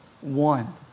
one